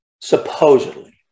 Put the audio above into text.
supposedly